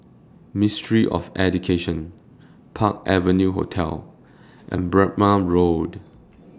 Ministry of Education Park Avenue Hotel and Berrima Road